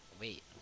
Wait